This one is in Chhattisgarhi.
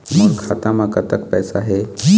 मोर खाता म कतक पैसा हे?